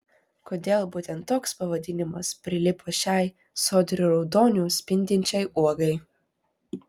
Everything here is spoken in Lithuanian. kodėl būtent toks pavadinimas prilipo šiai sodriu raudoniu spindinčiai uogai